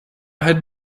had